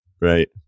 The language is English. right